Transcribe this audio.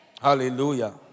Hallelujah